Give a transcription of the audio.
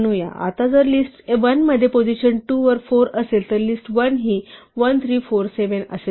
तर आता जर लिस्ट 1 मध्ये पोझिशन 2 वर 4 असेल तर लिस्ट 1 ही 1 3 4 7 असे दिसते